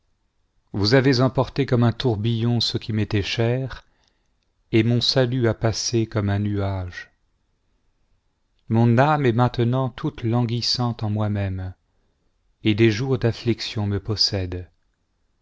vous avez emporté comme un tourbillon ce qui m'était cher et mon salut a passé comme un nuage mon âme est maintenant toute languissante on moi-même et des jours d'affliction me possèdent